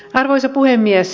arvoisa puhemies